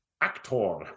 actor